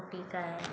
रोटी का है